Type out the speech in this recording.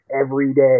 everyday